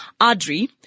Audrey